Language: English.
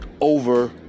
over